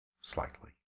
slightly